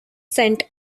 sent